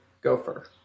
gopher